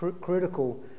critical